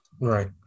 Right